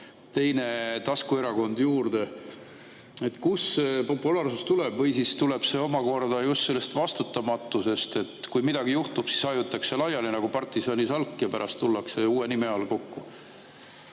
teine taskuerakond juurde? Kust see populaarsus tuleb? Või siis tuleneb see omakorda just sellest vastutamatusest? Kui midagi juhtub, siis hajutakse laiali nagu partisanisalk ja pärast tullakse uue nime all kokku.